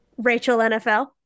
RachelNFL